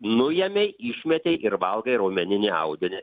nuėmei išmetei ir valgai raumeninį audinį